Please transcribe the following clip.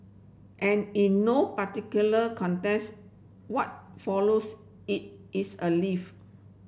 and in no particular context what follows it is a leaf